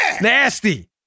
nasty